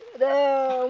the